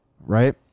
right